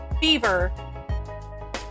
Beaver